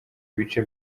bice